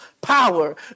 power